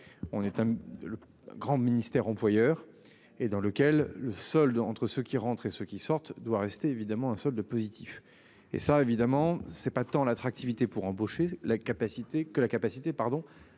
On est un. Grand ministère employeur et dans lequel le solde entre ceux qui rentrent et ceux qui sortent doit rester évidemment un solde positif et ça évidemment c'est pas tant l'attractivité pour embaucher la capacité